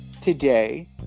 today